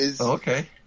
Okay